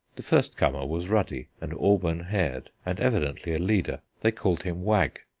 the firstcomer was ruddy and auburn-haired and evidently a leader. they called him wag.